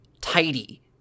tidy